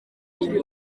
turi